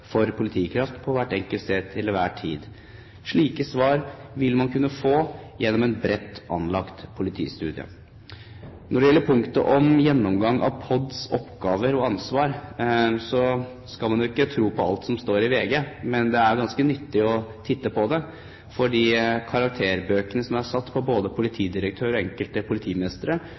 for politikraft på hvert enkelt sted til enhver tid. Slike svar ville man kunne få gjennom en bredt anlagt politistudie. Når det gjelder punktet om gjennomgang av PODs oppgaver og ansvar, skal man ikke tro på alt som står i VG, men det er ganske nyttig å titte på det, fordi karakterene som er gitt både politidirektøren og enkelte politimestre,